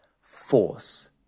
force